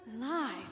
life